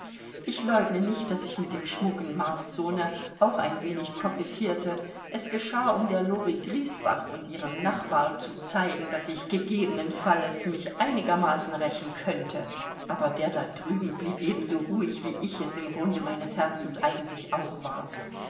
ich leugne nicht daß ich mit dem schmucken marssohne auch ein wenig kokettierte es geschah um der lori griesbach und ihrem nachbar zu zeigen daß ich gegebenen falles mich einigermaßen rächen könnte aber der da drüben blieb ebenso ruhig wie ich es im grunde meines herzens eigentlich auch war